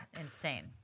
insane